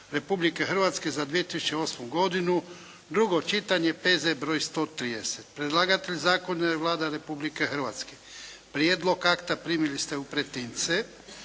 Republike Hrvatske za 2008. godinu, drugo čitanje, P.Z. br. 130 Predlagatelj zakona je Vlada Republike Hrvatske. Prijedlog akta primili ste u pretince.